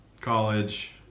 college